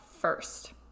first